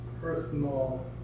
personal